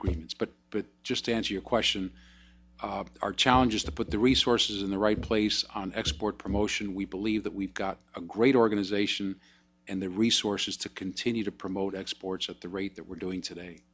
agreements but just to answer your question our challenge is to put the resources in the right place on export promotion we believe that we've got a great organization and the resources to continue to promote exports at the rate that we're doing today